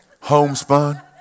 Homespun